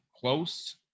close